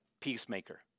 peacemaker